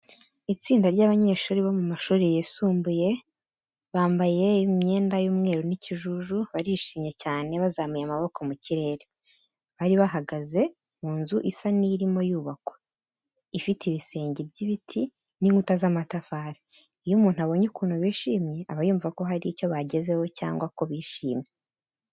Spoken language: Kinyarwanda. Itsinda ry'abanyeshuri bo mu mashuri yisumbuye, bambaye imyenda y'umweru n'ikijuju. Barishimye cyane bazamuye amaboko mu kirere. Bari bahagaze mu nzu isa n'irimo yubakwa, ifite ibisenge by'ibiti n'inkuta z'amatafari. Iyo umuntu abonye ukuntu bishimye, aba yumva ko hari icyo bagezeho cyangwa ko bishimye.